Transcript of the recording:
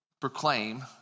proclaim